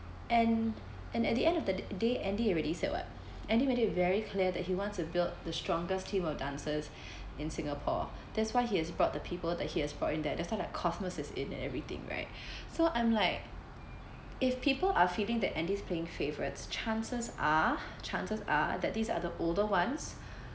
and and at the end of the day andy already said [what] andy made it very clear that he wants to build the strongest team of dancers in singapore that's why he has brought the people that he has brought in there that's why like is in everything right so I'm like if people are feeling that andy is playing favourites chances are chances are that these are the older ones